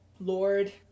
Lord